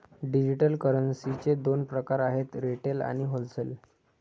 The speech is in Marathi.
डिजिटल करन्सीचे दोन प्रकार आहेत रिटेल आणि होलसेल